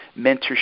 mentorship